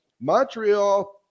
montreal